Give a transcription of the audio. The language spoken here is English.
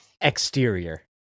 Exterior